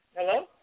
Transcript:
Hello